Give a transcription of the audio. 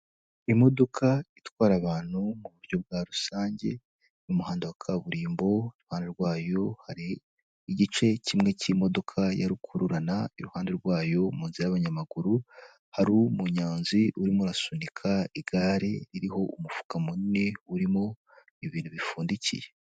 Imodoka itwara abantu mu buryo bwa rusange, n'umuhanda wa kaburimbo, iruhande rwayo hari igice kimwe cy'imodoka ya rukururana, iruhande rwayo mu nzira y'abanyamaguru hari umuyozi urimo arasunika igare ririho umufuka munini urimo ibintu bipfundikiye.